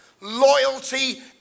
loyalty